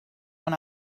when